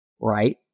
right